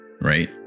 right